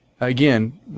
again